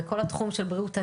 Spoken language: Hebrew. וכל התחום של בריאות הנפש,